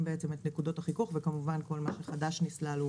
את נקודות החיכוך וכמובן כל מה שחדש נסלל זה